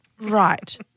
right